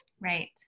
Right